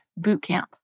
bootcamp